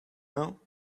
know